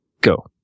Go